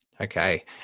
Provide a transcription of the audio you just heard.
Okay